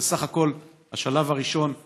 זה בסך הכול השלב הראשון בתוכנית,